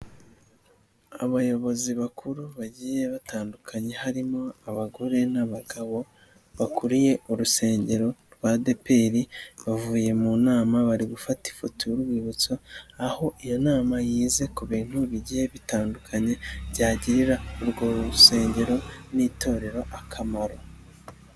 Abayobozi bakuru bagiye batandukanye harimo abagore n'abagabo, bakuriye urusengero rwa ADEPR, bavuye mu nama bari gufata ifoto y'urwibutso, aho iyo nama yize ku bintu bigiye bitandukanye byagirira urwo rusengero n'itorero akamaro.